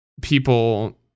people